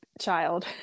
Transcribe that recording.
child